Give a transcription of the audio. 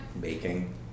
Baking